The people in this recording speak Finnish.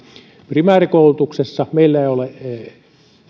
primäärikoulutuksessa meillä ei ole